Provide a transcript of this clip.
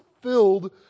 filled